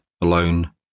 alone